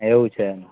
એવું છે